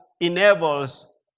enables